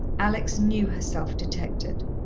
alex knew herself detected.